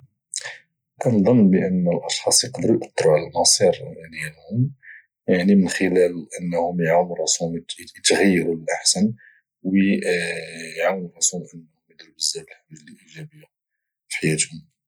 كنظن بان الاشخاص يقدروا ياثروا على المصير ديالهم يعني من خلال يعاون راسهم يتغيروا الاحسن ويعاونوا راسهم بزاف ديال الحوايج لايجابيه في حياتهم